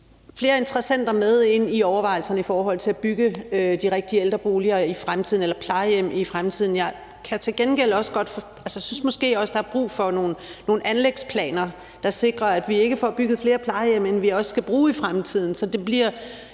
flere interessenter med ind i overvejelserne i forhold til at bygge de rigtige ældreboliger i fremtiden eller plejehjem i fremtiden. Jeg synes måske også, at der er brug for nogle anlægsplaner, der sikrer, at vi ikke får bygget flere plejehjem, end vi også skal bruge i fremtiden,